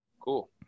cool